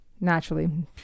naturally